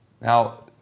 Now